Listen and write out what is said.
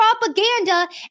propaganda